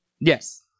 Yes